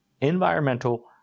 environmental